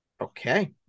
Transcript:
Okay